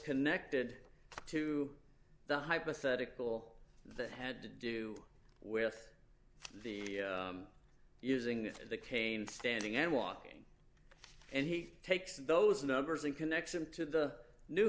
connected to the hypothetical that had to do with the using the cane standing and walking and he takes those numbers and connects them to the new